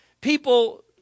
people